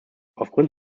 aufgrund